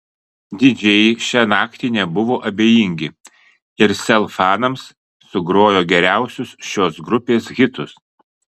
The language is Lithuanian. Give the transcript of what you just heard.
didžėjai šią naktį nebuvo abejingi ir sel fanams sugrojo geriausius šios grupės hitus